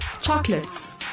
chocolates